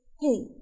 hey